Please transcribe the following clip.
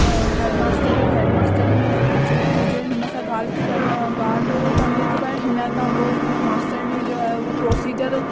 हेड master या हेडमास्टरनी जे बि हुजे हुन सां गाल्हि थी करण गाल्हि करिणी थी पए हिन खां पोइ हूं मास्तरनी जो है हूं प्रोसीजर